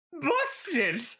Busted